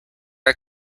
our